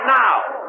now